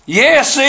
yes